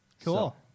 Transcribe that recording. Cool